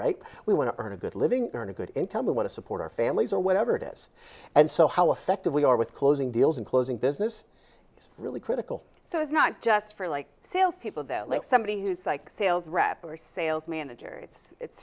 right we want to earn a good living earn a good intel we want to support our families or whatever it is and so how effective we are with closing deals and closing business is really critical so it's not just for like sales people like somebody who's like sales rep or sales manager it's